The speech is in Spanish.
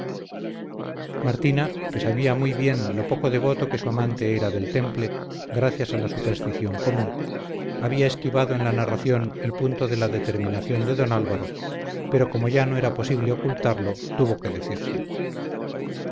martina que sabía muy bien lo poco devoto que su amante era del temple gracias a la superstición común había esquivado en la narración el punto de la determinación de don álvaro pero como ya no era posible ocultarlo tuvo que decírselo